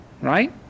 right